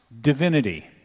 divinity